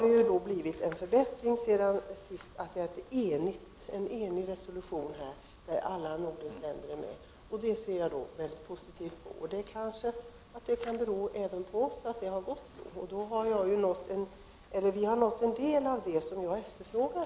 Det har sedan sist skett en förbättring i och med att det nu finns en enig resolution i vilken alla nordiska länder är med. Det ser jag mycket positivt på. Kanske kan det bero på oss att detta har kommit till stånd, och vi har i så fall nått en del av det som jag efterfrågar.